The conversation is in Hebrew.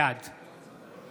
בעד